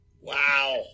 Wow